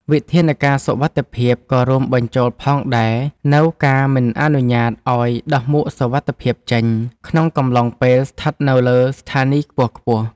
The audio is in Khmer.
វិធានការសុវត្ថិភាពក៏រួមបញ្ចូលផងដែរនូវការមិនអនុញ្ញាតឱ្យដោះមួកសុវត្ថិភាពចេញ ក្នុងកំឡុងពេលស្ថិតនៅលើស្ថានីយខ្ពស់ៗ។